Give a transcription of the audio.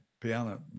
piano